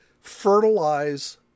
fertilize